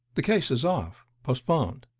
the case is off postponed.